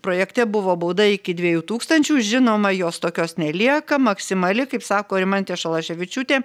projekte buvo bauda iki dviejų tūkstančių žinoma jos tokios nelieka maksimali kaip sako rimantė šalaševičiūtė